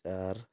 ଚାରି